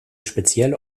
spezielle